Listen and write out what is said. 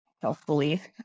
self-belief